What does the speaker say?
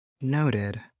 Noted